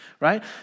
right